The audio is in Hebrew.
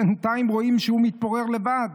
בינתיים רואים שהוא מתפורר לבד,